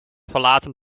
verlaten